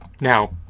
Now